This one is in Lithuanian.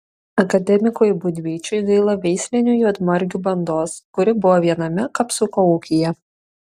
akademikui būdvyčiui gaila veislinių juodmargių bandos kuri buvo viename kapsuko ūkyje